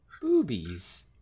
Boobies